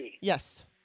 yes